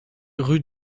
rue